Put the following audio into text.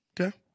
Okay